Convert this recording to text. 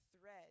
thread